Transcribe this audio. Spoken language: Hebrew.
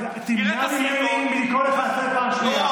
תמנע ממני מלקרוא אותך לסדר פעם שנייה.